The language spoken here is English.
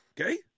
Okay